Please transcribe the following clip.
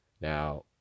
Now